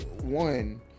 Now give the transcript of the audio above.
one